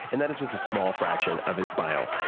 and that is just a small fraction of his bio.